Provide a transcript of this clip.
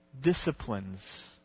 Disciplines